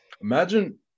Imagine